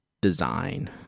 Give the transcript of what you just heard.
design